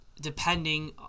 depending